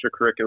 extracurricular